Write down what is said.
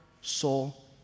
soul